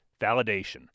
Validation